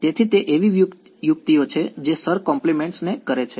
તેથી તે એવી યુક્તિઓ છે જે શર કોમ્પ્લિમેંટ કરે છે